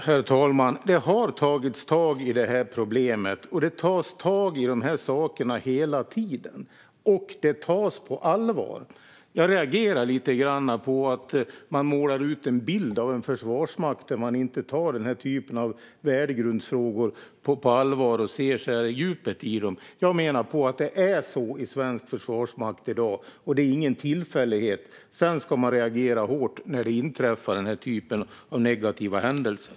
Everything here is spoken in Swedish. Herr talman! Det har tagits tag i det här problemet. Och det tas hela tiden tag i de här sakerna. Det tas på allvar. Jag reagerar lite grann på att man målar upp en bild av en försvarsmakt som inte tar den typen av värdegrundsfrågor på allvar och ser djupet av dem. Jag menar att svensk försvarsmakt gör det i dag. Det är ingen tillfällighet. Men när den typen av negativa händelser inträffar ska man reagera hårt.